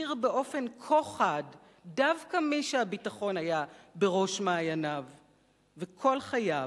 הכיר באופן כה חד דווקא מי שהביטחון היה בראש מעייניו כל חייו,